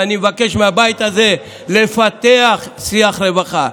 ואני מבקש מהבית הזה לפתח שיח רווחה,